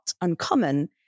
uncommon